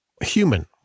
human